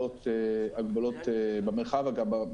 אגב,